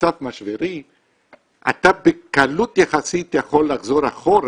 במצב משברי אתה בקלות יחסית יכול לחזור אחורה,